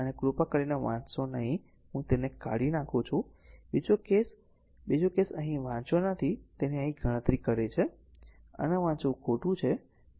આને કૃપા કરીને વાંચશો નહીં હું તેને કાઢી નાખું છું બીજો કેસ r આ એક બીજો કેસ જે અહીં વાંચ્યો નથી તેની અહીં ગણતરી કરી છે આ ન વાંચવું ખોટું છે